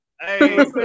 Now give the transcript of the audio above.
Hey